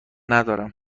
ندارم